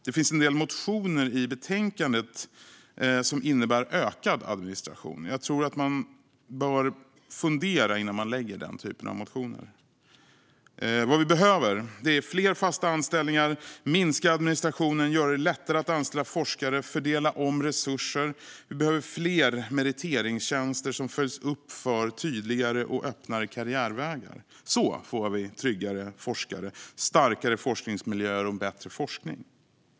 Det finns en del motioner i betänkandet som innebär ökad administration. Jag tror att man bör fundera innan man väcker den typen av motioner. Vad vi behöver är fler fasta anställningar och minskad administration. Vi behöver göra det lättare att anställa forskare och fördela om resurser. Vi behöver fler meriteringstjänster som följs upp för tydligare och öppnare karriärvägar. Så får vi tryggare forskare, starkare forskningsmiljöer och bättre forskning.